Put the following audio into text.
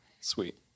Sweet